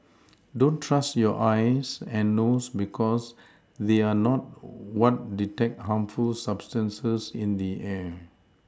don't trust your eyes and nose because they are not what detect harmful substances in the air